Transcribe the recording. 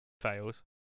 Fails